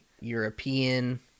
European